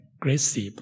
aggressive